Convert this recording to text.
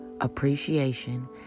appreciation